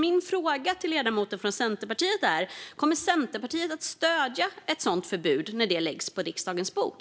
Min fråga till ledamoten från Centerpartiet är: Kommer Centerpartiet att stödja ett sådant förbud när det läggs på riksdagens bord?